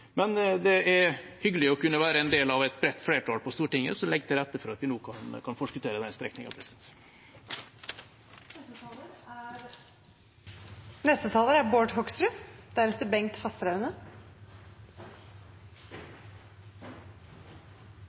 Men det er hyggelig å kunne være en del av et bredt flertall på Stortinget som legger til rette for at vi nå kan forskuttere den strekningen. Nå skal jeg nesten bare være glad og fornøyd, for det er